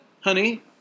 honey